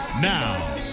Now